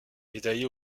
médaillé